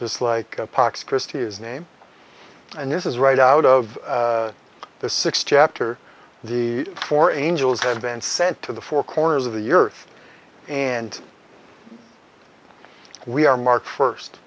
just like pox christie is name and this is right out of the six chapter the four angels have been sent to the four corners of the earth and we are marked first